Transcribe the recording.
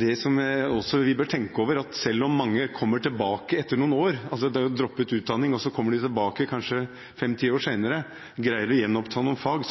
noe som vi også bør tenke over: Selv om mange kommer tilbake etter noen år, altså at de har droppet utdanning og kommet tilbake kanskje 5–10 år senere og greid å gjenoppta noen fag,